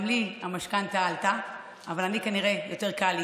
גם לי המשכנתה עלתה, אבל לי כנראה יותר קל.